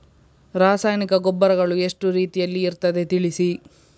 ರಾಸಾಯನಿಕ ಗೊಬ್ಬರಗಳು ಎಷ್ಟು ರೀತಿಯಲ್ಲಿ ಇರ್ತದೆ ತಿಳಿಸಿ?